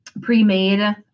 pre-made